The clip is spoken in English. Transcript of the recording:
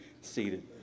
seated